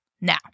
Now